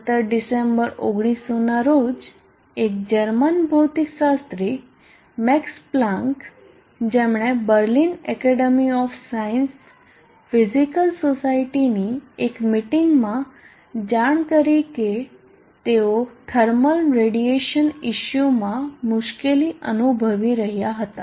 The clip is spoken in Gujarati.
17 ડિસેમ્બર 1900 ના રોજ એક જર્મન ભૌતિકશાસ્ત્રી મેક્સ પ્લાન્ક તેમણે Berlin Academy of Science Physical સોસાયટીની એક મીટિંગમાં જાણ કરી કે તેઓ થર્મલ રેડિયેશન ઇશ્યૂમાં મુશ્કેલી અનુભવી રહ્યા હતા